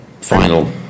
final